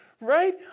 right